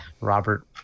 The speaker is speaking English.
Robert